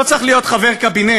לא צריך להיות חבר קבינט